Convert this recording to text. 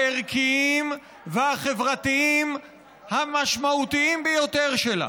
הערכיים והחברתיים המשמעותיים ביותר שלה.